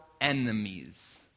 Enemies